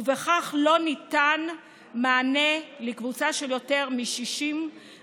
ובכך לא ניתן מענה לקבוצה של למעלה מ-65,000